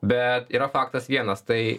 bet yra faktas vienas tai